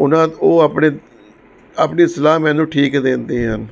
ਉਹਨਾਂ ਉਹ ਆਪਣੇ ਆਪਣੀ ਸਲਾਹ ਮੈਨੂੰ ਠੀਕ ਦਿੰਦੇ ਹਨ